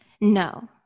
No